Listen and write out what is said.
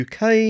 UK